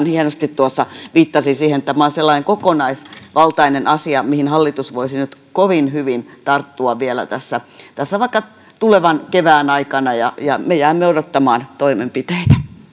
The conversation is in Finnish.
hienosti tuossa viittasi siihen että tämä on sellainen kokonaisvaltainen asia mihin hallitus voisi nyt kovin hyvin tarttua vielä tässä tässä vaikka tulevan kevään aikana ja ja me jäämme odottamaan toimenpiteitä